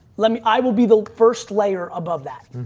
let me, i will be the first layer above that.